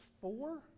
Four